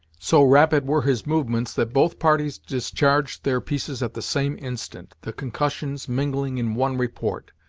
so rapid were his movements that both parties discharged their pieces at the same instant, the concussions mingling in one report.